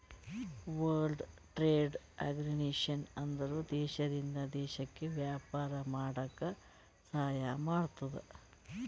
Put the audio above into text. world trade organisation ಅಂದುರ್ ದೇಶದಿಂದ್ ದೇಶಕ್ಕ ವ್ಯಾಪಾರ ಮಾಡಾಕ ಸಹಾಯ ಮಾಡ್ತುದ್